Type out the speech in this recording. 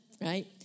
right